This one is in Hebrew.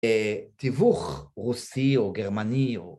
‫תיווך רוסי או גרמני או...